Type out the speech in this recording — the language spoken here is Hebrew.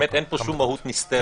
באמת אין פה שום מהות נסתרת.